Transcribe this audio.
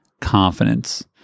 confidence